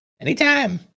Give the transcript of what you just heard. Anytime